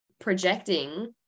projecting